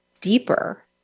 deeper